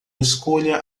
escolha